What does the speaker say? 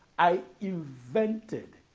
i invented